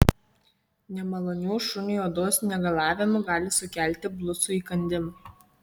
nemalonių šuniui odos negalavimų gali sukelti blusų įkandimai